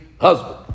husband